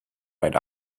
right